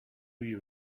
you